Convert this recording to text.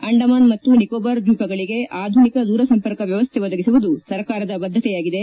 ಅಂಡಮಾನ್ ಮತ್ತು ನಿಕೋಬಾರ್ ದ್ವೀಪಗಳಿಗೆ ಆಧುನಿಕ ದೂರ ಸಂಪರ್ಕ ವ್ಯವಸ್ಥೆ ಒದಗಿಸುವುದು ಸರ್ಕಾರದ ಬದ್ದತೆಯಾಗಿದೆ